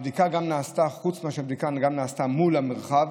הבדיקה נעשתה גם מול המרחב